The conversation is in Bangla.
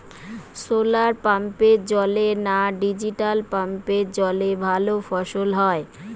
শোলার পাম্পের জলে না ডিজেল পাম্পের জলে ভালো ফসল হয়?